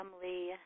family